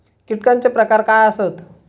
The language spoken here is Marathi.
कीटकांचे प्रकार काय आसत?